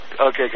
Okay